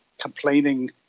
complaining